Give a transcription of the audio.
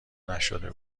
نشده